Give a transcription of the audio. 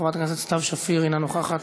חברת הכנסת סתיו שפיר, אינה נוכחת,